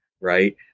Right